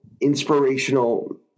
inspirational